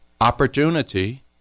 opportunity